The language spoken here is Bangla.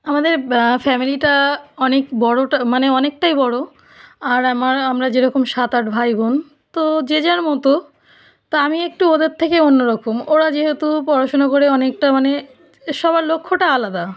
আমাদের ফ্যামিলিটা অনেক বড়ো ট মানে অনেকটাই বড়ো আর আমার আমরা যেরকম সাত আট ভাই বোন তো যে যার মতো তো আমি একটু ওদের থেকে অন্য রকম ওরা যেহেতু পড়াশোনা করে অনেকটা মানে সবার লক্ষ্যটা আলাদা